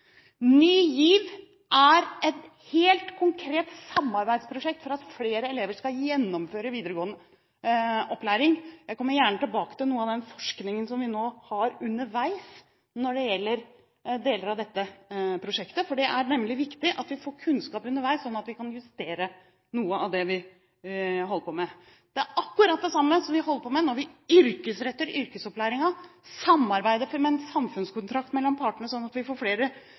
Ny GIV er et helt konkret samarbeidsprosjekt for at flere elever skal gjennomføre videregående opplæring. Jeg kommer gjerne tilbake til noe av den forskningen som vi nå har underveis når det gjelder deler av dette prosjektet. Det er nemlig viktig at vi får kunnskap underveis slik at vi kan justere noe av det vi holder på med. Det er akkurat det samme vi holder på med når vi yrkesretter yrkesopplæringen. Vi samarbeider fram en samfunnskontrakt mellom partene sånn at vi får flere